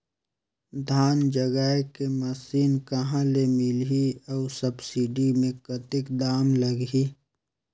धान जगाय के मशीन कहा ले मिलही अउ सब्सिडी मे कतेक दाम लगही?